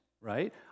right